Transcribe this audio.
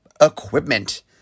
equipment